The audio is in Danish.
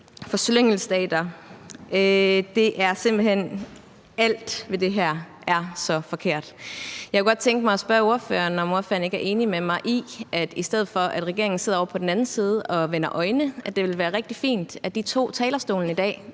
for slyngelstater. Alt ved det her er simpelt hen så forkert. Jeg kunne godt tænke mig spørge ordføreren, om ordføreren ikke er enig med mig i, at i stedet for at regeringen sidder ovre på den anden side og vender øjne, så ville det være rigtig fint, at de tog ordet på talerstolen i dag